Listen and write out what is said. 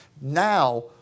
now